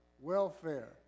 welfare